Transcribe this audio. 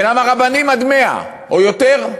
ולמה רבנים עד 100 או יותר?